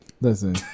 listen